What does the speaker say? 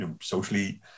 socially